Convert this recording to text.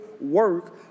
work